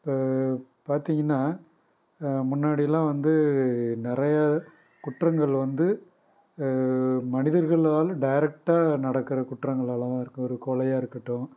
இப்போ பார்த்தீங்கன்னா முன்னாடியெலாம் வந்து நிறைய குற்றங்கள் வந்து மனிதர்களால் டேரெக்டாக நடக்கிற குற்றங்களெல்லாம் இருக்கும் ஒரு கொலையாக இருக்கட்டும்